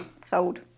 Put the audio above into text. sold